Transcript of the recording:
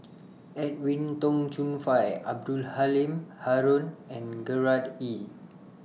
Edwin Tong Chun Fai Abdul Halim Haron and Gerard Ee